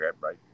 right